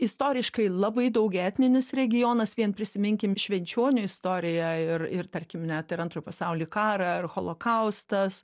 istoriškai labai daug etninis regionas vien prisiminkim švenčionių istoriją ir ir tarkim net ir antrą pasaulinį karą ir holokaustas